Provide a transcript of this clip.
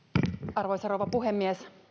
arvoisa rouva puhemies